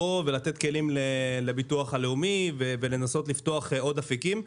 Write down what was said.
לתת כלים לביטוח הלאומי ולנסות לפתוח עוד אפיקים.